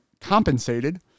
compensated